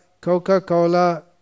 Coca-Cola